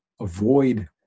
avoid